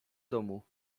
domu